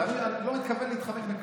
תאמין לי, אני לא מתכוון להתחמק מכלום.